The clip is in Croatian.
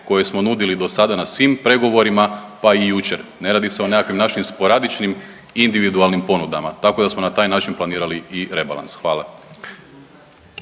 koje smo nudili do sada na svim pregovorima, pa i jučer. Ne radi se o nekakvim našim sporadičnim individualnim ponudama, tako da smo na taj način planirali i rebalans. Hvala.